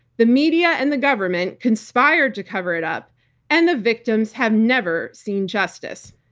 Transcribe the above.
the media and the government conspired to cover it up and the victims have never seen justice.